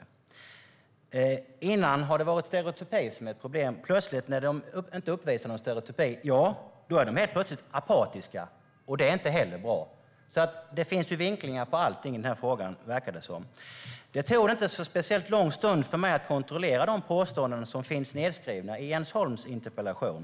Tidigare var stereotypi problemet, men när djuren inte uppvisar någon stereotypi är de plötsligt apatiska, vilket inte heller är bra. Det verkar finnas vinklingar på allt i den här frågan. Det tog inte speciellt lång stund för mig att kontrollera de påståenden som finns nedskrivna i Jens Holms interpellation.